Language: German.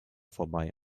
vorbei